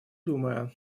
думая